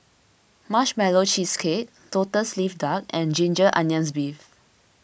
Marshmallow Cheesecake Lotus Leaf Duck and Ginger Onions Beef